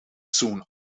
soon